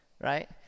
right